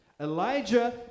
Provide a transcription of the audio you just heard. Elijah